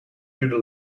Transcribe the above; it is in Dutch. duurde